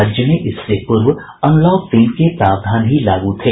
राज्य में इससे पूर्व अनलॉक तीन के प्रावधान ही लागू थे